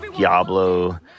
Diablo